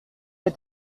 est